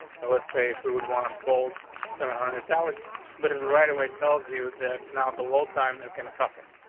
so let's say if we would want bold seven hundred italic medical but and right away tells you that now the load time is going to suffer.